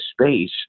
space